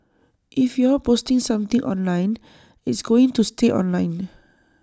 if you're posting something online it's going to stay online